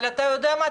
אבל אתה יודע מה?